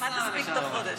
מה תספיק תוך חודש?